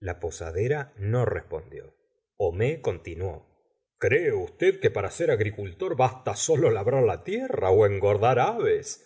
la posadora no respondió homais continuó cree usted que para ser agricultor basta sólo labrar la tierra ó engordar aves